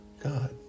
God